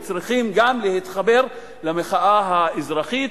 גם הם צריכים להתחבר למחאה האזרחית.